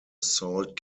salt